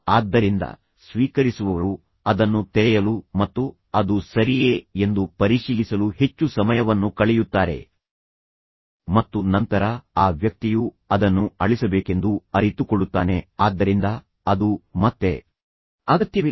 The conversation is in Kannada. ಆದ್ದರಿಂದ ಸ್ವೀಕರಿಸುವವರು ಅದನ್ನು ತೆರೆಯಲು ಮತ್ತು ಅದು ಸರಿಯೇ ಎಂದು ಪರಿಶೀಲಿಸಲು ಹೆಚ್ಚು ಸಮಯವನ್ನು ಕಳೆಯುತ್ತಾರೆ ಮತ್ತು ನಂತರ ಆ ವ್ಯಕ್ತಿಯು ಅದನ್ನು ಅಳಿಸಬೇಕೆಂದು ಅರಿತುಕೊಳ್ಳುತ್ತಾನೆ ಆದ್ದರಿಂದ ಅದು ಮತ್ತೆ ಅಗತ್ಯವಿಲ್ಲ